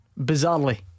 Bizarrely